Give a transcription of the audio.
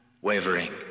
wavering